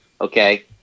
Okay